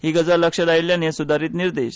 ही गजाल लक्षांत आयिल्ल्यान हे सुदारीत निर्देश